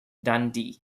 dundee